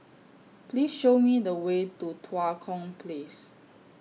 Please Show Me The Way to Tua Kong Place